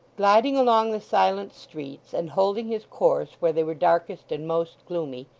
gliding along the silent streets, and holding his course where they were darkest and most gloomy,